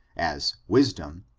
as wisdom,